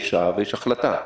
יש שעה ויש החלטה.